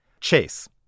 Chase